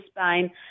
Spain